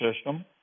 system